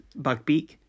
Buckbeak